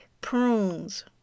prunes